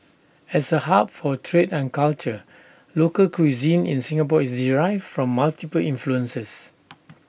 as A hub for trade and culture local cuisine in Singapore is derived from multiple influences